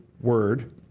word